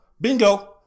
Bingo